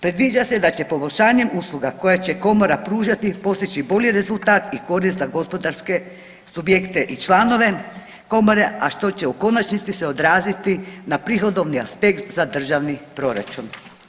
Predviđa se da će poboljšanjem usluga koje će komora pružati, postići bolji rezultat i korist za gospodarske subjekte i članove komore, a što će u konačnici se odraziti na prihodovni aspekt za državni proračun.